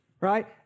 right